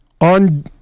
on